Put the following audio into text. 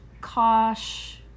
Kosh